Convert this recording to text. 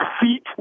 feet